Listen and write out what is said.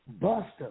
Buster